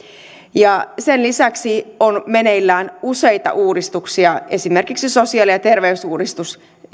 sen lisäksi on meneillään useita uudistuksia esimerkiksi sosiaali ja terveysuudistus